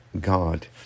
God